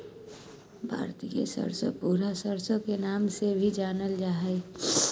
भारतीय सरसो, भूरी सरसो के नाम से भी जानल जा हय